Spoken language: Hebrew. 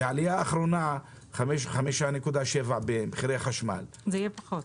העלייה האחרונה 5.7 במחירי החשמל --- זה יהיה פחות.